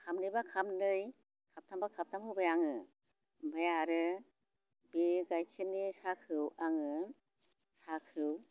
खापनैबा खापनै खापथामबा खापथाम होबाय आङो ओमफ्राय आरो बे गाइखेरनि साहाखौ आङो साहाखौ